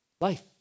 life